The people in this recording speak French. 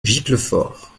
giclefort